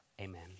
Amen